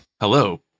Hello